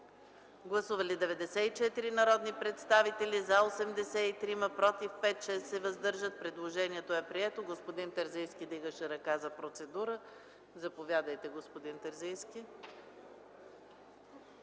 Гласували 94 народи представители: за 83, против 5, въздържали се 6. Предложението е прието. Господин Терзийски вдигаше ръка за процедура. Заповядайте, господин Терзийски.